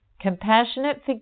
Compassionate